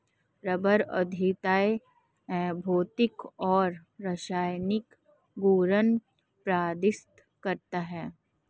rubber अद्वितीय भौतिक और रासायनिक गुण प्रदर्शित करता है